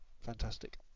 fantastic